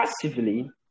passively